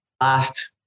last